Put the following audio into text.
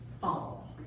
fall